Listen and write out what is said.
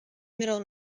middle